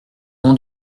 mon